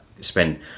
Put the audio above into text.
spend